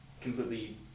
completely